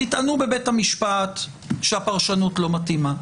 תטענו בבית המשפט שהפרשנות לא מתאימה.